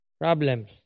problems